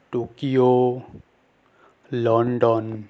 Tokyo London